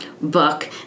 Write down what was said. book